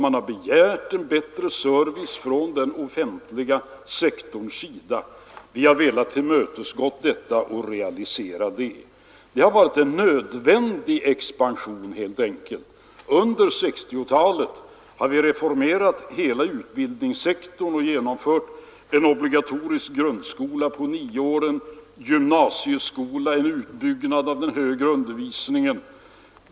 Man har begärt en bättre service från den offentliga sektorn, och vi har velat tillmötesgå dessa krav. Den offentliga sektorns expansion har helt enkelt varit nödvändig. Under 1960-talet har vi reformerat hela utbildningssektorn: vi har genomfört en obligatorisk grundskola på nio år, en gymnasieskola och en utbyggnad av den högre utbildningen.